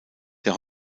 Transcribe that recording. der